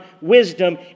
wisdom